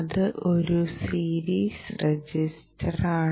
അത് ഒരു സീരീസ് രജിസ്റ്ററാണ്